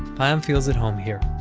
payam feels at home here.